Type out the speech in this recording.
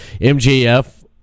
MJF